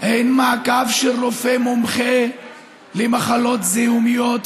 אין מעקב של רופא מומחה למחלות זיהומיות